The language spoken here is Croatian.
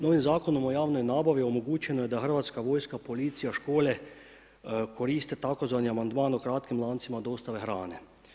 Novim Zakonom o javnoj nabavi omogućeno je da Hrvatska vojska, policija, škole koriste tzv. amandman o kratkim lancima dostave hrane.